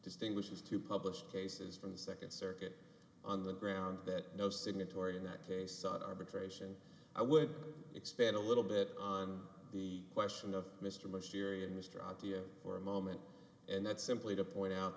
distinguishes two published cases from the second circuit on the grounds that no signatory in that case sought arbitration i would expand a little bit on the question of mr muskerry and mr idea for a moment and that's simply to point out